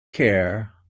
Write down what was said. care